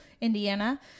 Indiana